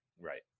Right